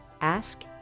ask